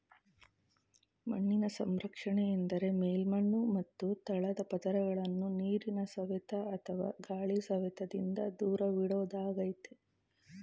ಮಣ್ಣಿನ ಸಂರಕ್ಷಣೆ ಎಂದರೆ ಮೇಲ್ಮಣ್ಣು ಮತ್ತು ತಳದ ಪದರಗಳನ್ನು ನೀರಿನ ಸವೆತ ಅಥವಾ ಗಾಳಿ ಸವೆತದಿಂದ ದೂರವಿಡೋದಾಗಯ್ತೆ